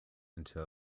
into